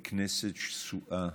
בכנסת שסועה